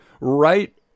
right